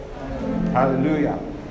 Hallelujah